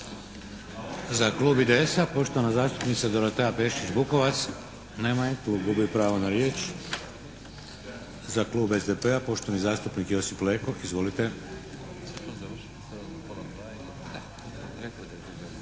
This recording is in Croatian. Za klub IDS-a, poštovana zastupnica Dorotea Pešić-Bukovac. Nema je. Tu gubi pravo na riječ. Za klub SDP-a, poštovani zastupnik Josip Leko. Izvolite.